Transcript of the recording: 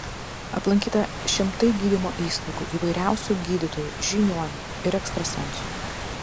aplankyta šimtai gydymo įstaigų įvairiausių gydytojų žiniuonių ir ekstrasensų